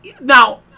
Now